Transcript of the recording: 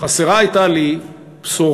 חסרה הייתה לי בשורה.